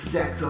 Sex